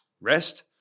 rest